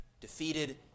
defeated